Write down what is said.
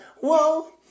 Whoa